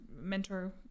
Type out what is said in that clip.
mentor